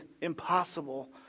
impossible